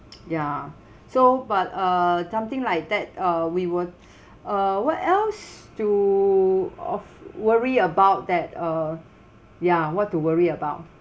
ya so but uh something like that uh we would uh what else to of worry about that uh ya what to worry about